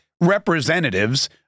representatives